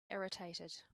irritated